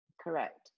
Correct